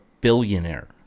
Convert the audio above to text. billionaire